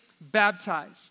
baptized